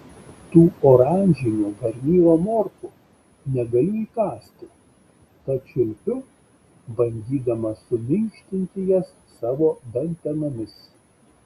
tų oranžinių garnyro morkų negaliu įkąsti tad čiulpiu bandydama suminkštinti jas savo dantenomis